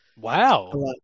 wow